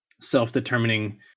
self-determining